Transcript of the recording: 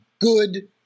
good